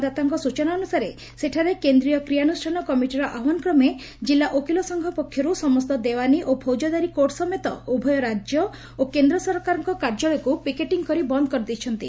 ଦଦାତାଙ୍କ ସୂଚନା ଅନୁସାରେ ସେଠାରେ କେନ୍ଦ୍ରୀୟ କ୍ରିୟାନୁଷ୍ଠାନ କମିଟିର ଆହ୍ୱାନ କ୍ରମେ କିଲ୍ଲ ଓକିଲସଂଘ ପକ୍ଷରୁ ସମସ୍ତ ଦେଓ୍ୱାନି ଓ ଫୌକଦାରୀ କୋର୍ଟ ସମେତ ଉଭୟ ରାକ୍ୟ ଓ କେନ୍ଦ୍ର ସରକାରଙ୍କ କାର୍ଯ୍ୟାଳୟକୁ ପିକେଟିଂ କରି ବନ୍ଦ କରିଛନ୍ତି